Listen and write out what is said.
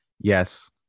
yes